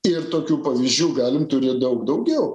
ir tokių pavyzdžių galim turėt daug daugiau